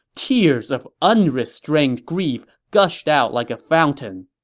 tears of unrestrained grief gushed out like a fountain.